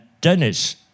Dennis